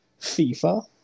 FIFA